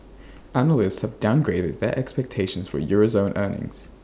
analysts have downgraded their expectations for euro zone earnings